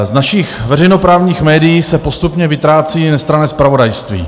Z našich veřejnoprávních médií se postupně vytrácí nestranné zpravodajství.